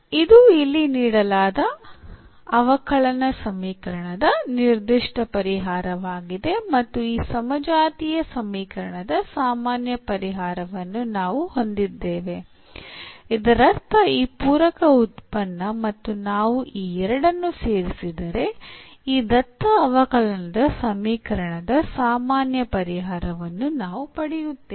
ಇದು ಇಲ್ಲಿ ನೀಡಲಾದ ಅವಕಲನ ಸಮೀಕರಣದ ನಿರ್ದಿಷ್ಟ ಪರಿಹಾರವಾಗಿದೆ ಮತ್ತು ಈ ಸಮಜಾತೀಯ ಸಮೀಕರಣದ ಸಾಮಾನ್ಯ ಪರಿಹಾರವನ್ನು ನಾವು ಹೊಂದಿದ್ದೇವೆ ಇದರರ್ಥ ಈ ಪೂರಕ ಉತ್ಪನ್ನ ಮತ್ತು ನಾವು ಈ ಎರಡನ್ನು ಸೇರಿಸಿದರೆ ಈ ದತ್ತ ಅವಕಲನ ಸಮೀಕರಣದ ಸಾಮಾನ್ಯ ಪರಿಹಾರವನ್ನು ನಾವು ಪಡೆಯುತ್ತೇವೆ